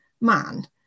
man